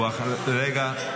חלאס,